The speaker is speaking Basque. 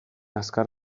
azkar